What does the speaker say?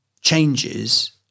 changes